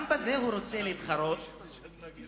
גם בזה הוא רוצה להתחרות באובמה.